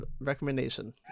recommendation